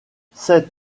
sept